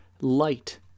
light